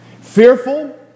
Fearful